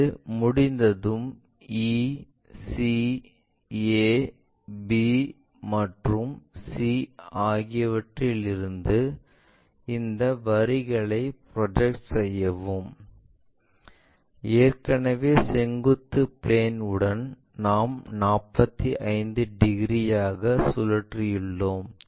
இது முடிந்ததும் e c a b மற்றும் c ஆகியவற்றிலிருந்து இந்த வரிகளை ப்ரொஜெக்ட் செய்யவும் ஏற்கனவே செங்குத்து பிளேன் உடன் நாம் 45 டிகிரி ஆக சுழற்றியுள்ளோம்